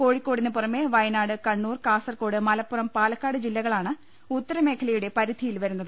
കോഴിക്കോടിനു പുറമെ വയനാ ട് കണ്ണൂർ കാസർകോട് മലപ്പുറം പാലക്കാട് ജില്ലകളാണ് ഉത്ത രമേഖലയുടെ പരിധിയിൽ വരുന്നത്